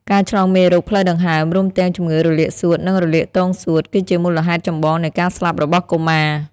ការឆ្លងមេរោគផ្លូវដង្ហើម រួមទាំងជំងឺរលាកសួត និងរលាកទងសួត គឺជាមូលហេតុចម្បងនៃការស្លាប់របស់កុមារ។